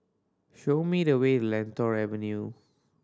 show me the way in Lentor Avenue